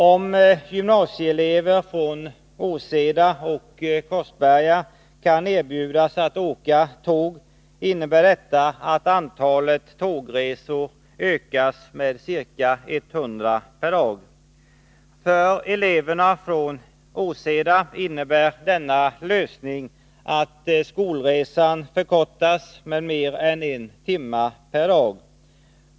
Om gymnasieelever från Åseda och Korsberga kan erbjudas att åka tåg innebär detta att antalet tågresor ökar med ca 100 per dag. För eleverna från Åseda innebär denna lösning att skolresan förkortas med mer än en timme per dag.